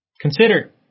Consider